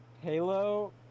Halo